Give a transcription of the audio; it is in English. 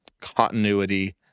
continuity